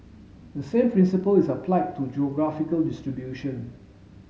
the same principle is applied to geographical distribution